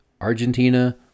Argentina